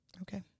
Okay